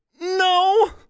No